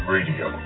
Radio